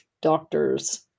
doctors